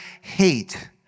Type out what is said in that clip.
hate